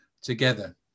together